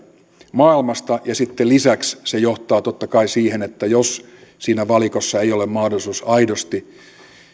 maailmasta ja sitten lisäksi se johtaa totta kai siihen että jos siinä valikossa ei ole mahdollisuutta aidosti